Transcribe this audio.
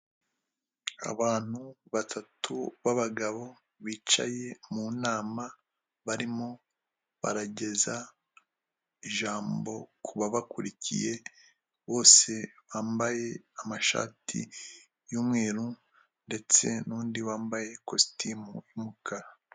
Abantu batatu b'abagabo bicaye mu nama barimo barageza ijambo kubakurikiye bose bambaye amashati y'umweru ndetse n'undi wambaye ikositimu y'umukara.